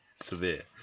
Severe